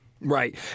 Right